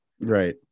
Right